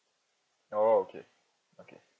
oh okay okay